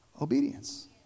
Obedience